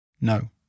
No